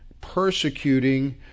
persecuting